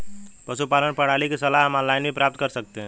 पशुपालन प्रणाली की सलाह हम ऑनलाइन भी प्राप्त कर सकते हैं